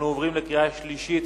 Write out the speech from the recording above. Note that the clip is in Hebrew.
אנחנו עוברים לקריאה שלישית.